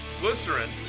glycerin